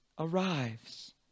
arrives